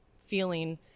feeling